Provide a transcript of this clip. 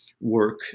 work